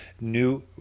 New